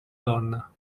donna